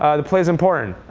the play's important.